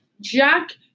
jack